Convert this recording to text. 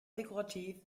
dekorativ